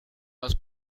los